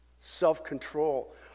self-control